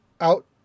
out